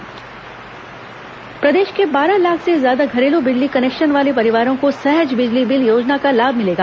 सहज बिजली बिल योजना प्रदेश के बारह लाख से ज्यादा घरेलू बिजली कनेक्शन वाले परिवारों को सहज बिजली बिल योजना का लाभ मिलेगा